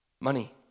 Money